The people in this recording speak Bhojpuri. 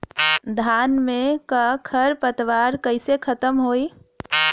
धान में क खर पतवार कईसे खत्म होई?